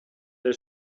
del